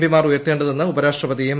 പിമാർ ഉയർത്തേണ്ടതെന്ന് ഉപരാഷ്ട്രപതി എം